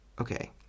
Okay